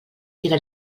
tira